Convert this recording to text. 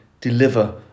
deliver